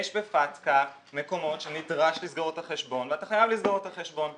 יש בפטקא מקומות שנדרש לסגור את החשבון ואתה חייב לסגור את החשבון.